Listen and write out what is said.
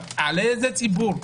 על איזה ציבור?